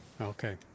Okay